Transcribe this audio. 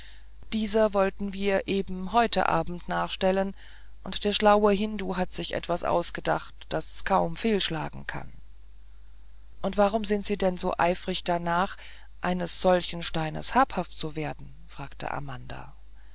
dieser wollten wir eben heute abend nachstellen und der schlaue hindu hat sich etwas ausgedacht das kaum fehlschlagen kann und warum sind sie denn so eifrig danach eines solchen steines habhaft zu werden fragte amanda